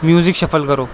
music shuffle کرو